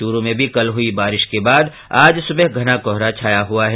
चूरू में भी कल हुई बारिश के बाद आज सुबह घना कोहरा छाया हुआ है